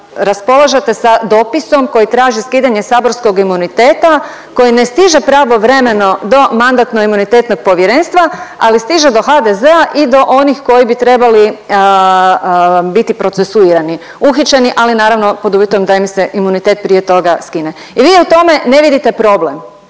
raspolažete sa dopisom koji traži skidanje saborskog imuniteta, koji ne stiže pravovremeno do Mandatno-imunitetnog povjerenstva, ali stiže do HDZ-a i do onih koji bi trebali biti procesuirani, uhićeni ali naravno pod uvjetom da im se imunitet prije toga skine. I vi u tome ne vidite problem.